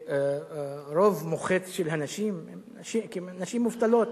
רוב מוחץ של הנשים הן נשים מובטלות.